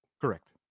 Correct